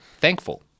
thankful